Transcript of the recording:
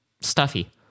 Stuffy